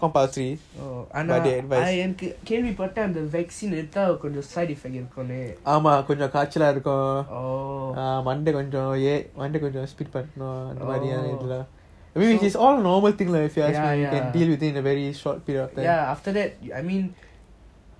oh ஆனா என்னக்கு நான் கேள்வி பட்டன் அந்த:aana ennaku naan kealvi pattan antha vaccine ஏடுத்த கொஞ்சம்:yaedutha konjam side effect இருக்கும்னு:irukumnu oh ya ya after that I mean